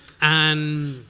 and